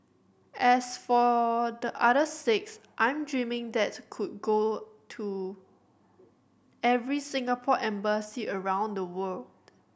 as for the other six I'm dreaming that could go to every Singapore embassy around the world